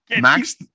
Max